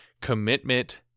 commitment